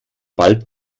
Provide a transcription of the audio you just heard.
bald